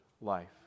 life